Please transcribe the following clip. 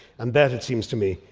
and that, it seems to me,